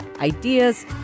ideas